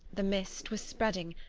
the mist was spreading,